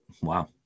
Wow